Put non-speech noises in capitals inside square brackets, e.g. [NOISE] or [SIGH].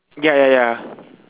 ya ya ya [BREATH]